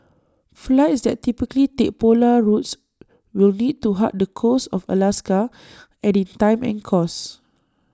flights that typically take polar routes will need to hug the coast of Alaska adding time and cost